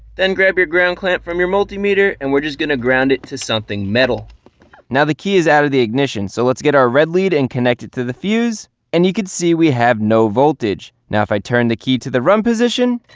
then grab your ground clamp from your multimeter, and we're just gonna ground it to something metal now the key is out of the ignition so let's get our red lead and connect it to the fuse and you can see we have no voltage now if i turn the key to the run position